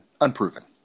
unproven